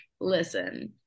listen